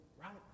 right